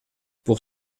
pour